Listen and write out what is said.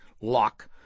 lock